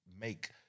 make